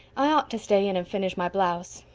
i ought to stay in and finish my blouse.